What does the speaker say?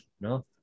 No